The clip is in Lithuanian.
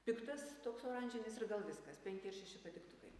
piktas toks oranžinis ir gal viskas penki ar šeši patiktukai